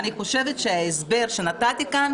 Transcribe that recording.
אני חושבת שההסדר שנתתי כאן,